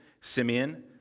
Simeon